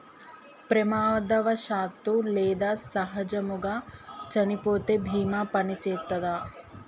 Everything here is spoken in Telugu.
ప్రమాదవశాత్తు లేదా సహజముగా చనిపోతే బీమా పనిచేత్తదా?